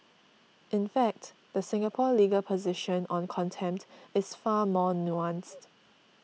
in fact the Singapore legal position on contempt is far more nuanced